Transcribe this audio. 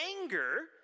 anger